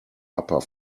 upper